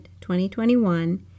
2021